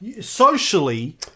socially